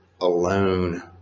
alone